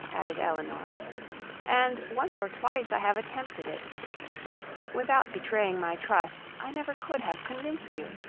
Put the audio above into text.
added elinor and once or twice i have attempted it but without betraying my trust, i never could have convinced you.